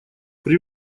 при